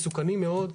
מסוכנים מאוד,